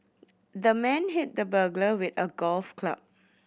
the man hit the burglar with a golf club